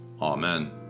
Amen